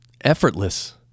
effortless